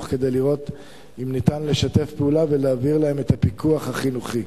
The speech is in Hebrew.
כדי לראות אם ניתן לשתף פעולה ולהעביר להם את הפיקוח החינוכי.